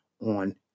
on